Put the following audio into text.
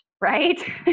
right